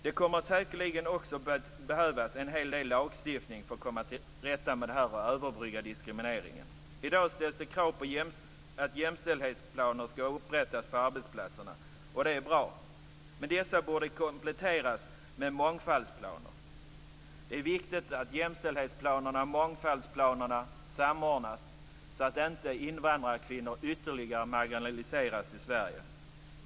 Det kommer säkerligen också att behövas en hel del lagstiftning för att komma till rätta med detta och överbrygga diskrimineringen. I dag ställs det krav på att jämställdhetsplaner skall upprättas på arbetsplatser. Det är bra. De borde kompletteras med mångfaldsplaner. Det är viktigt att jämställdhetsplanerna och mångfaldsplanerna samordnas så att inte invandrarkvinnor ytterligare marginaliseras i Sverige.